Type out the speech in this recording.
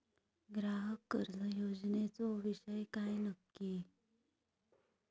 ग्राहक कर्ज योजनेचो विषय काय नक्की?